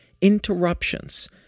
interruptions